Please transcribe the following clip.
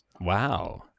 Wow